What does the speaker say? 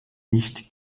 nicht